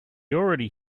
already